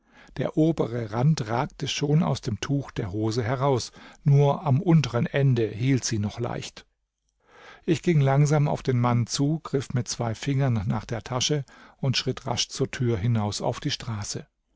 der obere rand ragte schon aus dem tuch der hose heraus nur am unteren ende hielt sie noch leicht ich ging langsam auf den mann zu griff mit zwei fingern nach der tasche und schritt rasch zur tür hinaus auf die straße